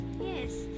Yes